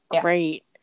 Great